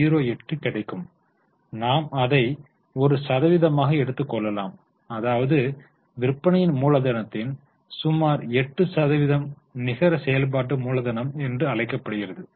08 கிடைக்கும் நாம் அதை ஒரு சதவீதமாக எடுத்துக் கொள்ளலாம் அதாவது விற்பனையின் மூலதனத்தின் சுமார் 8 சதவீதம் நிகர செயல்பாட்டு மூலதனம் என்று அழைக்கப்படுகிறது